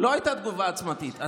לא הייתה תגובה עוצמתית.